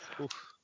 Oof